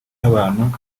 y’abantu